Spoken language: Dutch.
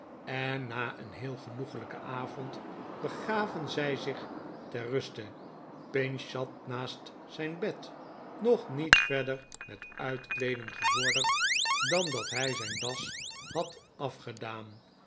en na een heel genoeglijkeri avond begaven zij zich ter ruste pinch zat naast zijn bed nog niet verder met uitkleeden gevorderd dan dat hij zijn das had afgedaan